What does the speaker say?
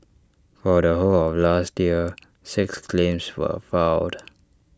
for the whole of last year six claims were filed